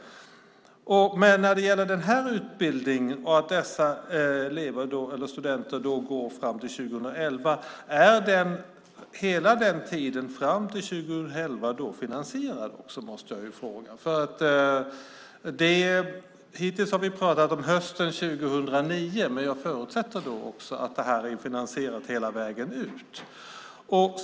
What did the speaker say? När det gäller den här utbildningen och att dessa studenter går fram till 2011 måste jag fråga: Är hela tiden fram till 2011 finansierad? Hittills har vi ju pratat om hösten 2009, men jag förutsätter att detta är finansierat hela vägen ut.